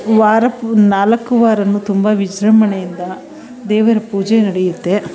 ವಾರ ಪು ನಾಲ್ಕು ವಾರವೂ ತುಂಬ ವಿಜೃಂಭಣೆಯಿಂದ ದೇವರ ಪೂಜೆ ನಡೆಯುತ್ತೆ